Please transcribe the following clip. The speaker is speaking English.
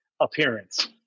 appearance